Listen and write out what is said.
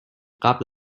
قبل